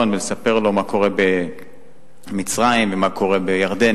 ולספר לו מה קורה במצרים ומה קורה בירדן,